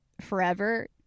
forever